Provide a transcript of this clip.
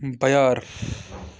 بیٲر